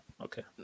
okay